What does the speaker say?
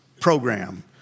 program